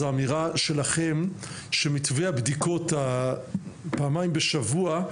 זו אמירה שלכם שמתווה הבדיקות פעמיים בשבוע,